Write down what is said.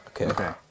Okay